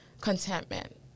contentment